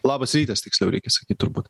labas rytas tiksliau reikia sakyt turbūt